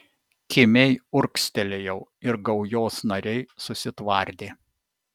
kimiai urgztelėjau ir gaujos nariai susitvardė